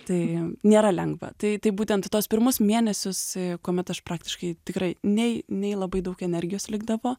tai nėra lengva tai tai būtent tuos pirmus mėnesius kuomet aš praktiškai tikrai nei nei labai daug energijos likdavo